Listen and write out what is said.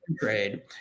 trade